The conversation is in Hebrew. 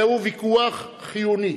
זה ויכוח חיוני,